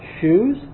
shoes